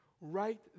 right